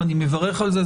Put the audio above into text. אני מברך על זה,